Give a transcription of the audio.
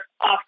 off